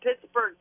Pittsburgh